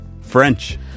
French